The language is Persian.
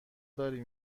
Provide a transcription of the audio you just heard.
داری